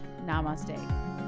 Namaste